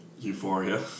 Euphoria